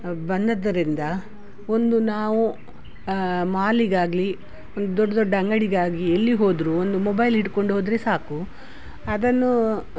ಬಂದಿದ್ದರಿಂದ ಒಂದು ನಾವು ಮಾಲಿಗಾಗಲಿ ಒಂದು ದೊಡ್ಡ ದೊಡ್ಡ ಅಂಗಡಿಗಾಗಿ ಎಲ್ಲಿ ಹೋದರೂ ಒಂದು ಮೊಬೈಲ್ ಹಿಡ್ಕೊಂಡು ಹೋದರೆ ಸಾಕು ಅದನ್ನು